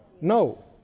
No